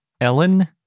Ellen